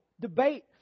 debate